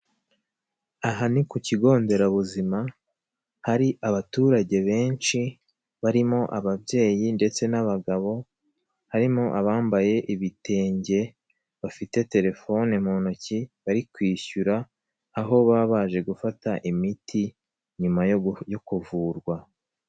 Aha ni ku kigo nderabuzima, hari abaturage benshi, barimo ababyeyi ndetse n'abagabo, harimo abambaye ibitenge bafite telefoni mu ntoki bari kwishyura, aho baba baje gufata imiti nyuma yo kuvurwa.